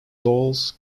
dolls